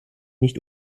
nicht